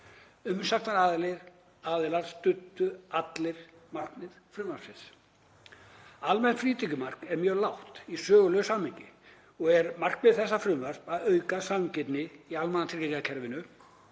Umsagnaraðilar studdu allir markmið frumvarpsins. Almennt frítekjumark er mjög lágt í sögulegu samhengi og er markmið þessa frumvarps að auka sanngirni í almannatryggingakerfinu